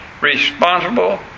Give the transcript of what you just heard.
responsible